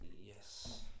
Yes